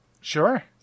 Sure